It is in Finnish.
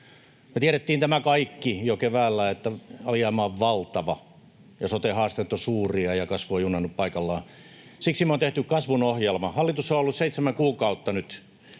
Me tiedettiin tämä kaikki jo keväällä: alijäämä on valtava, sote-haasteet ovat suuria, ja kasvu on junnannut paikallaan. Siksi me on tehty kasvun ohjelma. Hallitus on ollut seitsemän kuukautta nyt